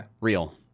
real